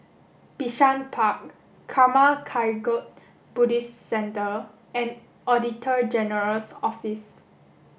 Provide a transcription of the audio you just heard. Bishan Park Karma Kagyud Buddhist Centre and Auditor General's Office